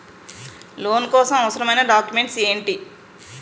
Loan కోసం అవసరమైన documents ఎంటి?